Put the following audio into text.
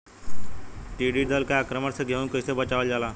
टिडी दल के आक्रमण से गेहूँ के कइसे बचावल जाला?